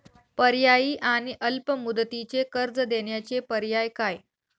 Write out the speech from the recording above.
पर्यायी आणि अल्प मुदतीचे कर्ज देण्याचे पर्याय काय?